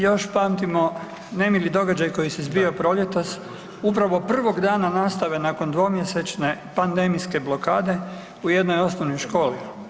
Još pamtimo nemili događaj koji se zbio proljetos upravo prvog dana nastave nakon dvomjesečne pandemijske blokade u jednoj osnovnoj školi.